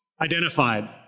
identified